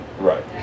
Right